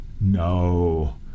no